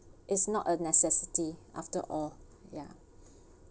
is not a necessity after all ya